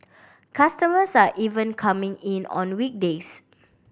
customers are even coming in on weekdays